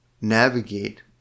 navigate